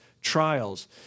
trials